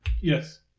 Yes